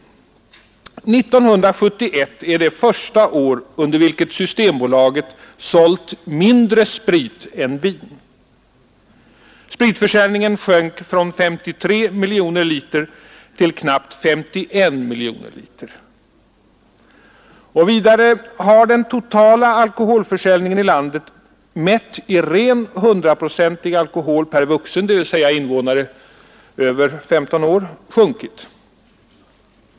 1971 är det första år under vilket Systembolaget sålt mindre sprit än vin — spritförsäljningen sjönk från 53 miljoner liter till knappt 51 miljoner liter — och vidare har den totala alkoholförsäljningen i landet, mätt i ren 100-procentig alkohol per vuxen, dvs. invånare över 15 år, sjunkit.